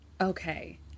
Okay